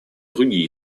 другие